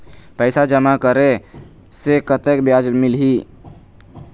पैसा जमा करे से कतेक ब्याज मिलही?